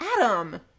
Adam